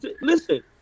Listen